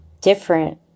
Different